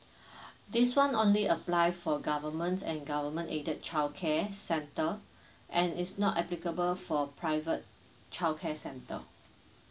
this one only apply for government and government aided childcare centre and is not applicable for private childcare centre